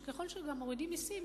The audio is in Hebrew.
שככל שמורידים מסים,